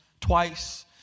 twice